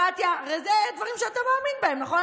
הדמוקרטיה" הרי אלה הדברים שאתה מאמין בהם, נכון?